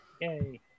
Yay